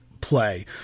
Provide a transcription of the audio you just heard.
play